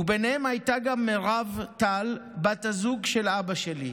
וביניהם הייתה גם מירב טל, בת הזוג של אבא שלי,